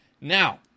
Now